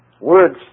words